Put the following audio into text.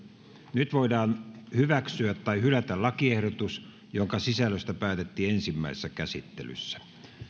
nyt voidaan hyväksyä tai hylätä lakiehdotus jonka sisällöstä päätettiin ensimmäisessä käsittelyssä